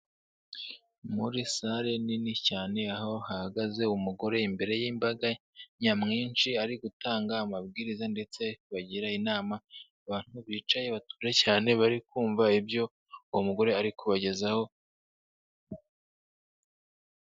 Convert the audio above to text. Muri sale nini cyane aho hahagaze umugore imbere yimbaga nyamwinshi ari gutanga amabwiriza ndetse bagira inama abantu bicaye batuje cyane bari kumva ibyo uwo mugore ari kubagezaho.